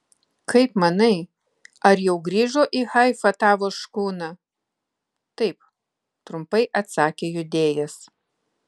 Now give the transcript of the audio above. kaip manai ar jau grįžo į haifą tavo škuna taip trumpai atsakė judėjas